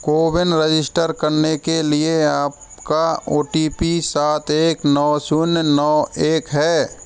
CoWIN register करने के लिए आपका ओ टी पी सात एक नौ शून्य नौ एक है